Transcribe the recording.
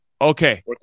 Okay